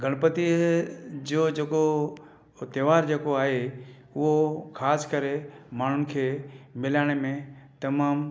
गणपति जो जेको त्योहार जेको आहे उहो ख़ासि करे माण्हुनि खे मिलाइण में तमामु